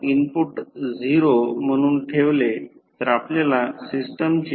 हा V 1 संदर्भ आहे म्हणून एक कोन 30 हा कोन 36